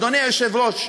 אדוני היושב-ראש.